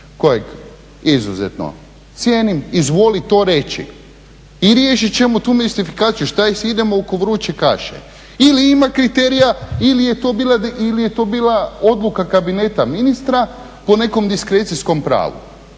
kojeg izuzetno cijenim, izvoli to reći. I riješit ćemo tu …, što … oko vruće kaše. Ili ima kriterija ili je to bila odluka kabineta ministra po nekom diskrecijskom pravu.